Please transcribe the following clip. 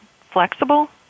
flexible